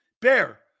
Bear